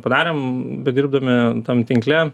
padarėm bedirbdami tam tinkle